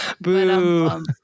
Boo